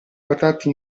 portati